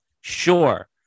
Sure